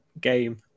game